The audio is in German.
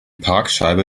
parkscheibe